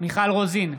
מיכל רוזין,